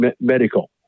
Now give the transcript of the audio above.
medical